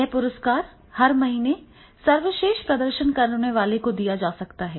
यह पुरस्कार हर महीने सर्वश्रेष्ठ प्रदर्शन करने वाले को दिया जा सकता है